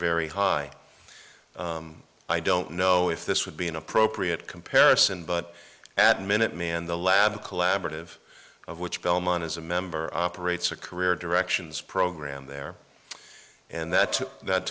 very high i don't know if this would be an appropriate comparison but at minuteman the lab collaborative of which belmont is a member operates a career directions program there and that that